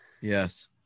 yes